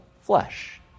flesh